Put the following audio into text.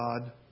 God